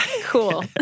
Cool